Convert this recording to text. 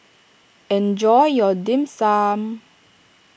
enjoy your Dim Sum